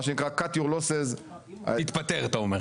מה שנקרא תחתוך את ההפסדים שלך --- תתפטר אתה אומר.